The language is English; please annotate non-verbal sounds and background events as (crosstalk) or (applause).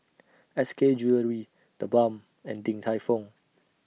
(noise) S K Jewellery TheBalm and Din Tai Fung